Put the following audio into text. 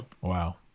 Wow